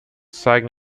zeigen